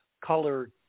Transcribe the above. color